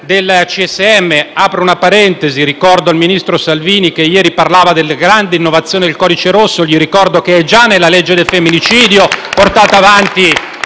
Apro una parentesi, ricordando al ministro Salvini, che ieri parlava della grande innovazione del codice rosso, che esso si trova già nella legge sul femminicidio, portata avanti